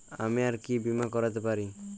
আমি আর কি বীমা করাতে পারি?